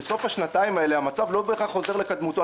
בסוף השנתיים האלה המצב לא בהכרח חוזר לקדמותו.